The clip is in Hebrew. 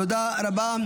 תודה רבה.